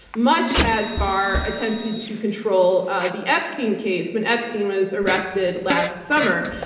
much as barr attempted to control the epstein case when epstein was arrested last summer,